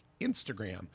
Instagram